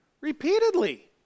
Repeatedly